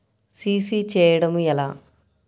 CC చేయడము ఎలా?